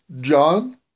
John